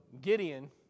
Gideon